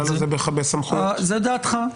--- הכלל הזה בסמכות --- זו דעתך.